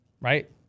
right